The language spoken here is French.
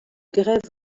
grève